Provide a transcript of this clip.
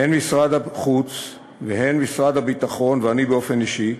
הן משרד החוץ והן משרד הביטחון, ואני באופן אישי,